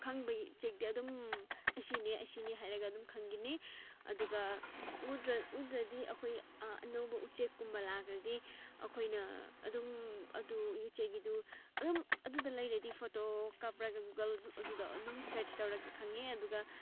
ꯈꯪꯕ ꯎꯆꯦꯛꯇꯤ ꯑꯗꯨꯝ ꯑꯁꯤꯅꯦ ꯑꯁꯤꯅꯦ ꯍꯥꯏꯔꯒ ꯑꯗꯨꯝ ꯈꯪꯒꯅꯤ ꯑꯗꯨꯒ ꯎꯗ꯭ꯔꯗꯤ ꯑꯩꯈꯣꯏ ꯑꯅꯧꯕ ꯎꯆꯦꯛꯀꯨꯝꯕ ꯂꯥꯛꯂꯗꯤ ꯑꯩꯈꯣꯏꯅ ꯑꯗꯨꯝ ꯑꯗꯨ ꯎꯆꯦꯛꯀꯤꯗꯨ ꯑꯗꯨꯝ ꯑꯗꯨꯗ ꯂꯩꯔꯗꯤ ꯐꯣꯇꯣ ꯀꯥꯞꯂꯒ ꯒꯨꯒꯜ ꯑꯗꯨꯗ ꯑꯗꯨꯝ ꯁꯔꯆ ꯇꯧꯔꯒ ꯈꯪꯉꯦ ꯑꯗꯨꯒ